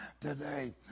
today